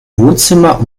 wohnzimmer